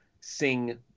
sing